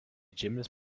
gymnast